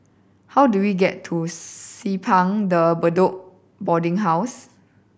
how do we get to Simpang De Bedok Boarding House